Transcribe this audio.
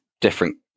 different